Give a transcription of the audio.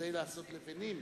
כדי שיעשה לבנים,